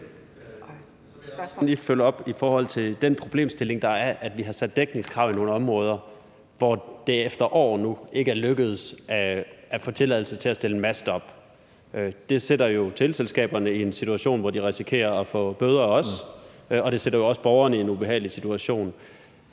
jeg også lige følge op i forhold til den problemstilling, der er, i forhold til at vi har sat dækningskrav i nogle områder, hvor det efter år nu ikke er lykkedes at få tilladelse til at stille en mast op. Det sætter jo teleselskaberne i en situation, hvor de risikerer at få bøder, og det sætter jo også borgerne i en ubehagelig situation.